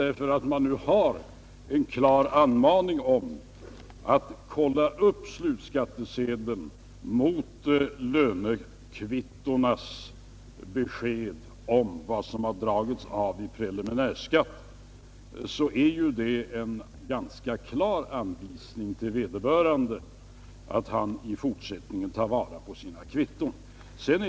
Den klara anmaningen om att kolla upp slutskattesedeln mot lönekvittonas besked om vad som har dragits av i preliminär skatt innebär ju en ganska klar anvisning till vederbörande att han i fortsättningen bör ta vara på sina kvitton.